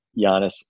Giannis